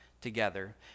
together